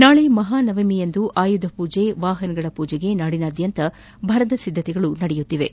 ನಾಳೆ ಮಹಾನವಮಿಯಂದು ಆಯುಧಪೂಜೆ ವಾಹನಗಳ ಮೂಜೆಗೆ ನಾಡಿನಾದ್ಯಂತ ಭರದ ಸಿದ್ಧತೆಗಳು ನಡೆದಿವೆ